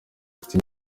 ati